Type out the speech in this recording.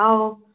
ꯑꯧ